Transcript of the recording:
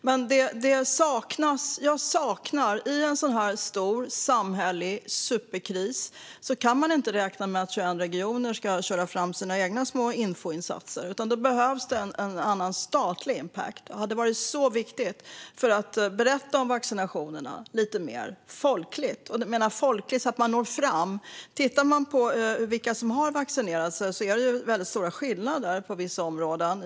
Men i en så här stor samhällelig kris kan man inte räkna med att 21 regioner ska köra fram sina egna små infoinsatser. Det behövs en annan statlig impact. Det saknas. Jag saknar det. Det hade varit så viktigt att berätta om vaccinationerna lite mer folkligt, och med folkligt menar jag så att man når fram. Tittar man på vilka som har vaccinerat sig ser man väldigt stora skillnader mellan vissa områden.